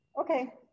Okay